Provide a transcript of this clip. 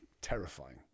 terrifying